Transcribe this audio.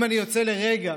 אם אני יוצא לרגע